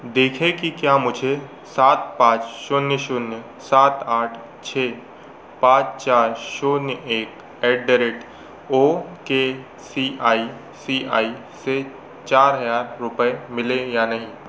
देखें कि क्या मुझे सात पाँच शून्य शून्य सात आठ छः पाँच चार शून्य एक at the rate okay C I C I से चार हज़ार रुपये मिले या नहीं